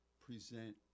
present